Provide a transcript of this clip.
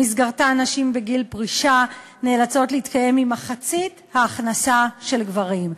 שבמסגרתה נשים בגיל פרישה נאלצות להתקיים ממחצית ההכנסה של גברים.